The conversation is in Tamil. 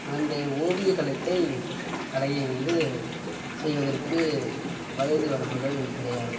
அந்த ஓவியக் கலையை வந்து செய்வதற்கு வயது வரம்புகள் கிடையாது